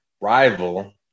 rival